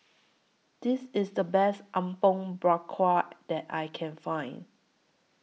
This IS The Best Apom Berkuah that I Can Find